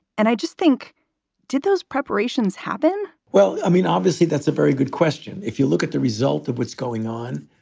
and i just think did those preparations happen? well, i mean, obviously, that's a very good question. if you look at the result of what's going on,